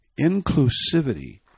inclusivity